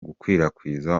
gukwirakwiza